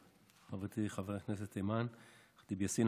חברתי חברת הכנסת אימאן ח'טיב יאסין,